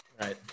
Right